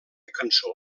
cançó